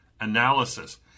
analysis